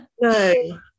No